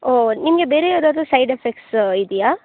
ಓಹ್ ನಿಮಗೆ ಬೇರೆ ಯಾವುದಾದ್ರು ಸೈಡ್ ಎಫೆಕ್ಟ್ಸು ಇದೆಯಾ